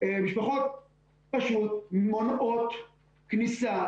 משפחות פשוט מונעות כניסה